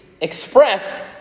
expressed